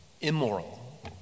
immoral